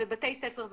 ושבתי ספר,